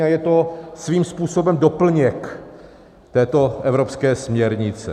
A je to svým způsobem doplněk této evropské směrnice.